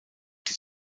die